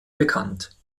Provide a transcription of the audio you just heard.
bekannt